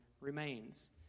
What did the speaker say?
remains